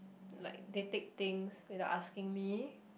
like they take things without asking me